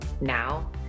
now